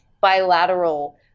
bilateral